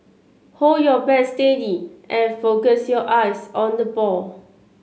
hold your bat steady and focus your eyes on the ball